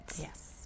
Yes